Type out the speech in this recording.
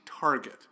target